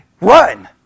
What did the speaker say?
run